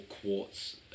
quartz